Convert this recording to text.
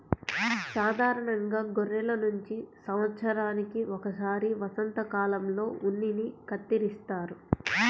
సాధారణంగా గొర్రెల నుంచి సంవత్సరానికి ఒకసారి వసంతకాలంలో ఉన్నిని కత్తిరిస్తారు